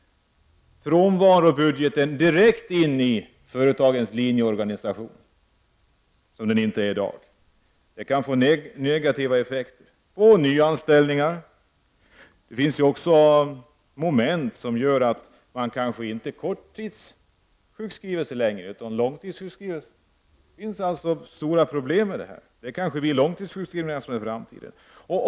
Frånvarobudgeten åker nu direkt in i företagens linjeor ganisation, där den inte finns i dag. Det kan få negativa effekter, exempelvis på nyanställningar. Det finns också moment som gör att man kanske inte längre korttidssjukskriver sig utan långtidssjukskriver sig. Det blir kanske mer långtidssjukskrivningar i framtiden. Det finns alltså stora problem med det här.